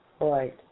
right